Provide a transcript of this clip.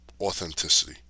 authenticity